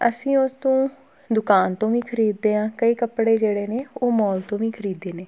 ਅਸੀਂ ਉਸ ਤੋਂ ਦੁਕਾਨ ਤੋਂ ਵੀ ਖਰੀਦਦੇ ਹਾਂ ਕਈ ਕੱਪੜੇ ਜਿਹੜੇ ਨੇ ਉਹ ਮੋਲ ਤੋਂ ਵੀ ਖਰੀਦੇ ਨੇ